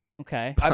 Okay